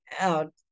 out